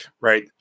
right